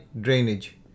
drainage